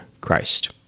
Christ